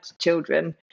children